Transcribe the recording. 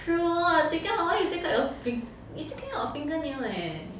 cruel take out why you take out your fing~ you taking out a finger nail leh